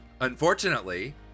Unfortunately